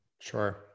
Sure